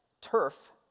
turf